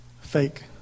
fake